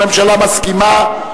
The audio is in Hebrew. הממשלה מסכימה,